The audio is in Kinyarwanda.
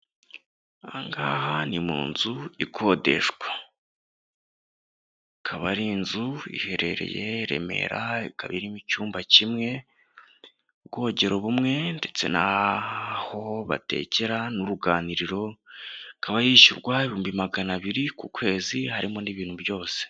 Aha ngaha ni mu nzu ikodeshwa, ikaba ari inzu iherereye Remera, ikaba irimo icyumba kimwe, ubwogero bumwe ndetse naho batekera n'uruganiriro, ikaba yishyurwa ibihumbi magana abiri ku kwezi harimo n'ibintu byose.